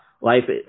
life